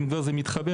אם כבר זה מתחבר,